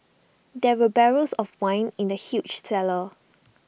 there were barrels of wine in the huge cellar